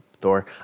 Thor